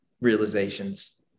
realizations